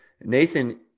Nathan